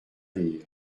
rire